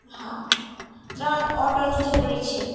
હા ત્રણ ઓટોની જરૂર છે